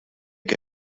què